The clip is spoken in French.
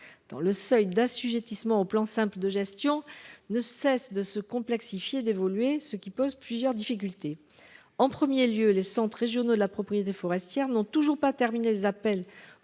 le seuil d'assujettissement au plan Simple de gestion ne cesse de se complexifier, d'évoluer, ce qui pose plusieurs difficultés. En 1er lieu les Centres régionaux de la propriété forestière n'ont toujours pas terminé les appels